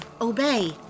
Obey